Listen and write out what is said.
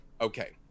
Okay